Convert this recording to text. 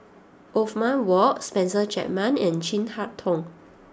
Othman Wok Spencer Chapman and Chin Harn Tong